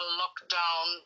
lockdown